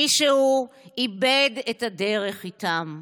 מישהו איבד את הדרך איתם.